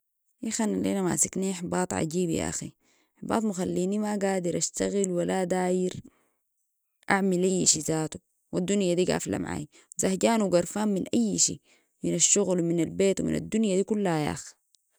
ياخ انا الليله ماسكني احباط عجيب ياخي حباط مخليني ما قادر أشتغل ولا داير أعمل أي شي ذاته والدنيا دي قافلة معاي زهجان وقرفان من أي شي من الشغل ومن البيت ومن الدنيا دي كلها ياخي